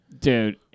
Dude